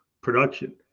production